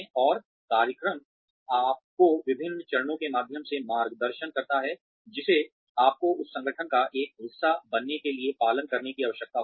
और कार्यक्रम आपको विभिन्न चरणों के माध्यम से मार्गदर्शन करता है जिसे आपको उस संगठन का एक हिस्सा बनने के लिए पालन करने की आवश्यकता होगी